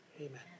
Amen